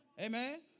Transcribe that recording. Amen